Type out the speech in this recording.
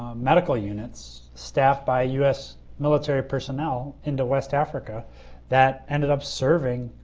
medical units staffed by u s. military personnel into west africa that ended up serving,